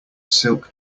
silk